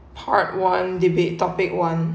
part one debate topic one